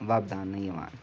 وۄپداونہٕ یِوان